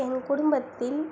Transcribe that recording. என் குடும்பத்தில்